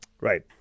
right